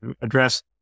address